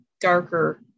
darker